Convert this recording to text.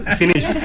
finish